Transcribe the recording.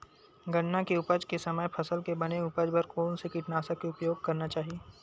गन्ना के उपज के समय फसल के बने उपज बर कोन से कीटनाशक के उपयोग करना चाहि?